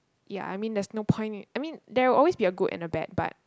ya I mean there's no point in I mean there will always be a good and a bad but